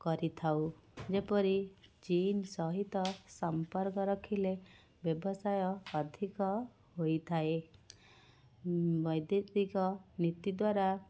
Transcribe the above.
କରିଥାଉ ଯେପରି ଚୀନ ସହିତ ସମ୍ପର୍କ ରଖିଲେ ବ୍ୟବସାୟ ଅଧିକ ହୋଇଥାଏ ବୈଦେଶିକନୀତି ଦ୍ୱାରା